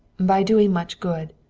by doing much good.